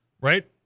Right